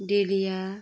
dahlia